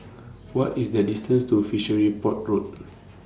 What IS The distance to Fishery Port Road